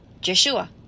Yeshua